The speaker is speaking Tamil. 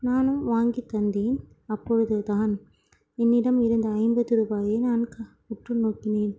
நானும் வாங்கித்தந்தேன் அப்பொழுது தான் என்னிடம் இருந்த ஐம்பது ரூபாயை நான் க உற்று நோக்கினேன்